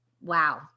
wow